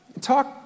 Talk